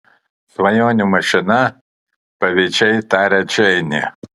svajonių mašina pavydžiai taria džeinė